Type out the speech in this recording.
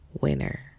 winner